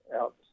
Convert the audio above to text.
out